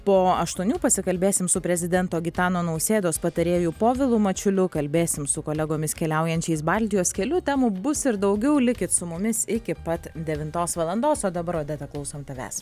po aštuonių pasikalbėsim su prezidento gitano nausėdos patarėju povilu mačiuliu kalbėsim su kolegomis keliaujančiais baltijos keliu temų bus ir daugiau likit su mumis iki pat devintos valandos o dabar odeta klausom tavęs